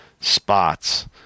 spots